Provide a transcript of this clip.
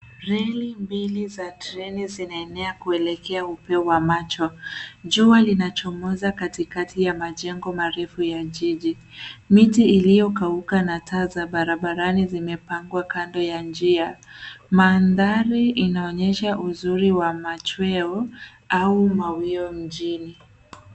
Reli mbili za treni zinaenea kuelekea upeo wa macho. Jua linachomoza katikati ya majengo marefu ya jiji. Miti iliyokauka na taa za barabarani zimepangwa kando ya njia. Mandhari inaonyesha uzuri wa machweo au mawio mjini.